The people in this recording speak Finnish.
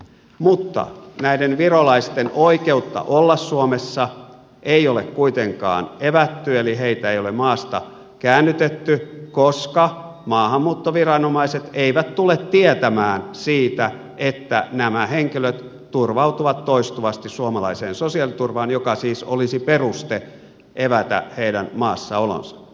mutta näiden virolaisten oikeutta olla suomessa ei ole kuitenkaan evätty eli heitä ei ole maasta käännytetty koska maahanmuuttoviranomaiset eivät tule tietämään siitä että nämä henkilöt turvautuvat toistuvasti suomalaiseen sosiaaliturvaan joka siis olisi peruste evätä heidän maassaolonsa